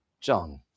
John